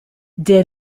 der